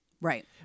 Right